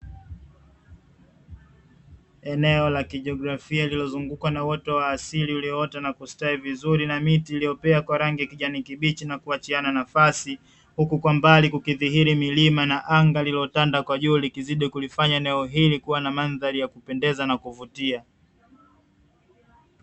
Eneo la kijiografia lililozungukwa na uoto wa asili, uliota na kustawi vizuri na miti iliyopea kwa rangi ya kijani kibichi na kuachiana nafasi, huku kwa mbali kukidhihiri milima na anga lililotanda kwa juu, likizidi kulifanya eneo hili kuwa na mandhari ya kupendeza na ya kuvutia.